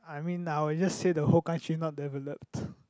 I mean I would just say the whole country is not developed